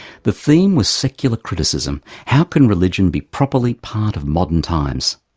the theme was secular criticism how can religion be properly part of modern times?